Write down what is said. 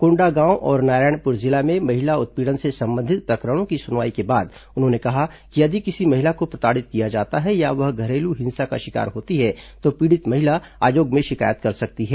कोंडागांव और नारायणपुर जिले में महिला उत्पीड़न से संबंधित प्रकरणों की सुनवाई के बाद उन्होंने कहा कि यदि किसी महिला को प्रताड़ित किया जाता है या वह घरेलू हिंसा का शिकार होती है तो पीड़ित महिला आयोग में शिकायत कर सकती हैं